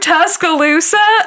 Tuscaloosa